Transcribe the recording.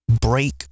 break